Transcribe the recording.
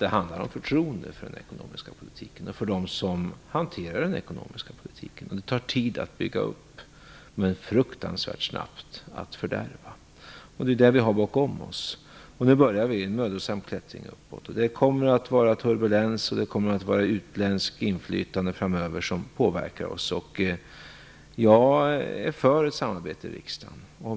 handlar det om förtroendet för den ekonomiska politiken och för dem som hanterar denna. Det tar tid att bygga upp, men det går fruktansvärt snabbt att fördärva. Det är ju vad vi har bakom oss. Nu börjar vi en mödosam klättring uppåt. Det kommer att vara turbulens, och det kommer att vara utländskt inflytande framöver som påverkar oss. Jag är för samarbete i riksdagen.